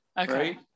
Okay